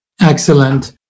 Excellent